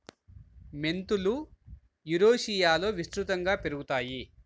మెంతులు యురేషియాలో విస్తృతంగా పెరుగుతాయి